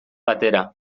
batera